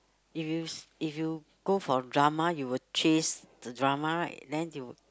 if you s~ if you go for drama you will chase the drama right then you